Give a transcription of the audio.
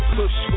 push